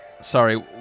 sorry